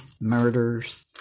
murders